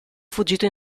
fuggito